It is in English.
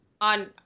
On